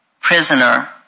prisoner